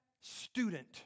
student